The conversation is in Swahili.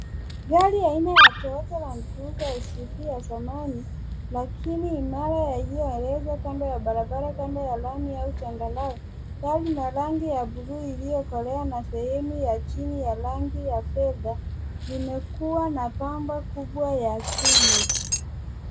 Gari aina ya Toyota Lancruicer SUV ya samani lakini imara yalioegeshwa kando ya barabara kando ya lami au charagawe. Gari lina rangi ya bluu iliokolea na sehemu ya chini ya rangi ya fedha limekuwa na pambo kubwa ya chumu.